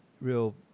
real